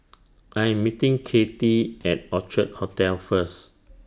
I Am meeting Katy At Orchid Hotel First